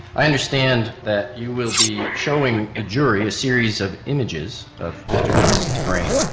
i understand that you will be showing the jury a series of images of mr johnson's brain.